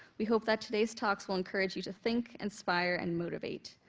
we hope that today's talks will encourage you to think, inspire and motivate.